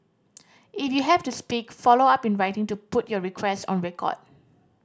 if you have to speak follow up in writing to put your requests on record